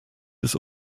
des